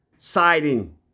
siding